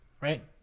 right